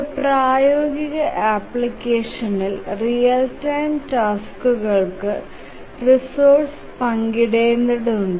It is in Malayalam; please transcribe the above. ഒരു പ്രായോഗിക അപ്ലിക്കേഷനിൽ റിയൽ ടൈം ടാസ്ക്കുകൾക്ക് റിസോഴ്സ്സ് പങ്കിടേണ്ടതുണ്ട്